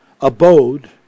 abode